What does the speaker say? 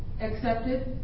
accepted